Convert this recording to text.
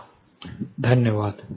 Thank you धन्यवाद